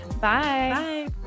Bye